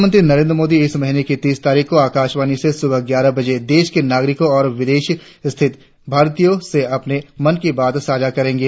प्रधानमंत्री नरेंद्र मोदी इस महीने की तीस तारीख को आकाशवानणी से सुबह ग्यारह बजे देश के नागरिकों और विदेश स्थित भारतीयों से अपने मन की बात साझा करेंगे